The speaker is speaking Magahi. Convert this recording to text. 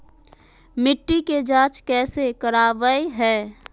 मिट्टी के जांच कैसे करावय है?